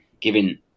given